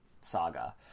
saga